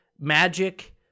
Magic